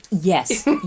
yes